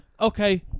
Okay